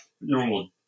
normal